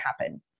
happen